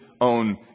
own